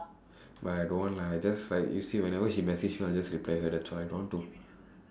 but I don't want lah I just like you see whenever she message me I will just reply her that's why I don't want to